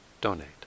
donate